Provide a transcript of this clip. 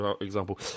example